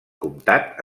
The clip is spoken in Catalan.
comtat